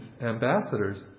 ambassadors